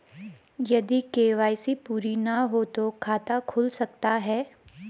यदि के.वाई.सी पूरी ना हो तो खाता खुल सकता है?